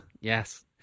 Yes